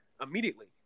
immediately